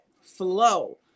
flow